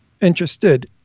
interested